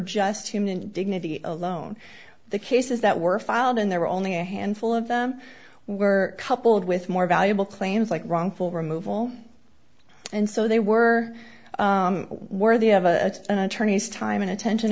just human dignity alone the cases that were filed and there were only a handful of them were coupled with more valuable claims like wrongful removal and so they were worthy of a an attorney's time and attention